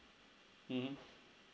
mmhmm